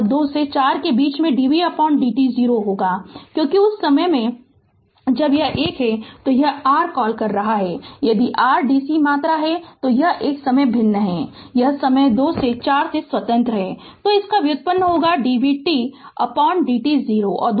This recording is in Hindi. और 2 से 4 सेकंड के बीच में dvtdt 0 क्योंकि यह उस समय है जब यह एक है यह r क्या कॉल है यदि r dc मात्रा यह एक समय भिन्न है यह समय 2 से 4 से स्वतंत्र है तो इसका व्युत्पन्न होगा dvtdt 0 है